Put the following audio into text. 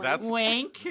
wink